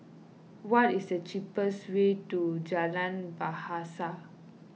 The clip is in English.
what is the cheapest way to Jalan Bahasa